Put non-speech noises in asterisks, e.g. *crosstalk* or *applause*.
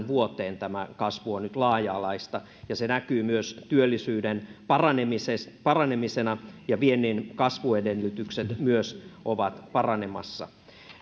*unintelligible* vuoteen tämä kasvu on nyt laaja alaista ja se näkyy myös työllisyyden paranemisena paranemisena ja viennin kasvuedellytykset myös ovat paranemassa